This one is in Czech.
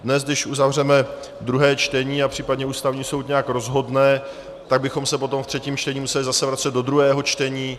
Dnes, když uzavřeme druhé čtení a případně Ústavní soud nějak rozhodne, tak bychom se potom v třetím čtení museli zase vracet do druhého čtení.